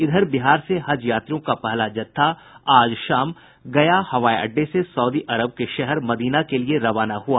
इधर बिहार से हज यात्रियों का पहला जत्था आज शाम गया हवाई अड्डे से सऊदी अरब के शहर मदीना के लिए रवाना हुआ